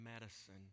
medicine